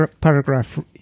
paragraph